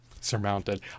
surmounted